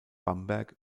bamberg